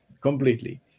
completely